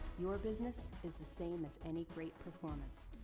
your business is the same as any great performance.